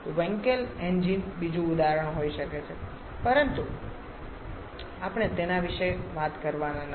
વેન્કેલ engine બીજું ઉદાહરણ હોઈ શકે છે પરંતુ આપણે તેના વિશે વાત કરવાના નથી